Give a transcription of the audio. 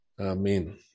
Amen